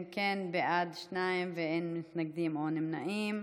אם כן, בעד, שניים, אין מתנגדים או נמנעים.